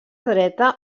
dreta